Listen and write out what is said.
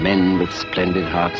men tend to talk